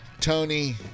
Tony